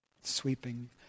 Sweeping